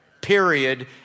Period